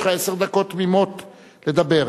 יש לך עשר דקות תמימות לדבר.